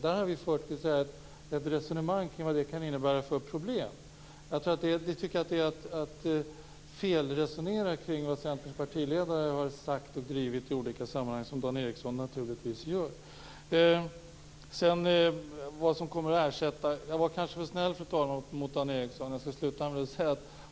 Där har vi fört ett resonemang kring vad det kan innebära för problem. Det är ett felresonemang kring vad Centerns partiledare sagt och drivit i olika sammanhang som Dan Ericsson gör. Fru talman! Jag var kanske för snäll mot Dan Ericsson. Jag skall sluta med det.